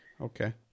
Okay